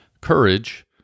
courage